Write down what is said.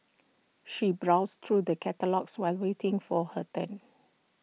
she browsed through the catalogues while waiting for her turn